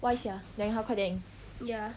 why sia then 她快点